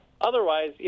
Otherwise